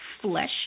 flesh